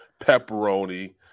pepperoni